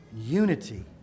unity